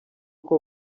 uko